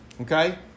Okay